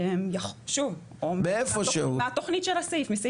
שוב, מהתוכנית של הסעיף.